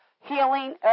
healing